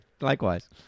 likewise